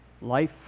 life